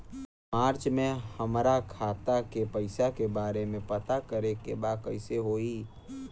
मार्च में हमरा खाता के पैसा के बारे में पता करे के बा कइसे होई?